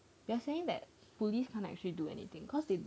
we are saying that police can't actually do anything cause they